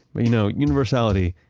but you know, universality,